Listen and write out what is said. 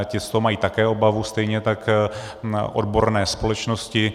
Ti z toho mají také obavu, stejně tak odborné společnosti.